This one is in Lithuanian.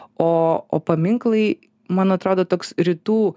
o o paminklai man atrodo toks rytų